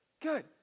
good